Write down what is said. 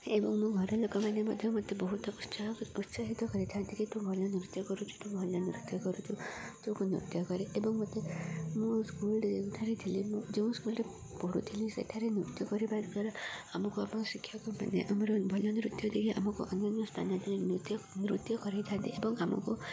ଏବଂ ମୋ ଘରଲୋକ ମାନେ ମଧ୍ୟ ମୋତେ ବହୁତ ଉତ୍ସାହ ଉତ୍ସାହିତ କରିଥାନ୍ତି କି ତୁ ଭଲ ନୃତ୍ୟ କରୁଛୁ ତୁ ଭଲ ନୃତ୍ୟ କରୁଛୁ ତ ନୃତ୍ୟ କରେ ଏବଂ ମୋତେ ମୁଁ ସ୍କୁଲ ଯେଉଁଠାରେ ଥିଲି ମୁଁ ଯେଉଁ ସ୍କୁଲରେ ପଢ଼ୁଥିଲି ସେଠାରେ ନୃତ୍ୟ କରିବା ଦ୍ୱାରା ଆମକୁ ଆମ ଶିକ୍ଷକ ମାନ ଆମର ଭଲ ନୃତ୍ୟ ଦେଇ ଆମକୁ ଅନ୍ୟାନ୍ୟ ସ୍ଥାନରେ ନୃତ୍ୟ ନୃତ୍ୟ କରାଇଥାନ୍ତି ଏବଂ ଆମକୁ